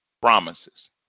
promises